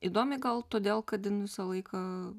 įdomi gal todėl kad visą laiką